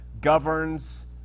governs